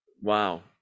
Wow